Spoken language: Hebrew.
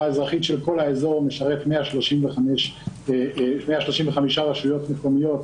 אזרחית של כל האזור ומשרת 135 רשויות מקומיות